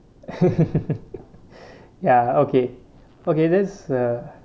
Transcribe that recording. ya okay okay that's uh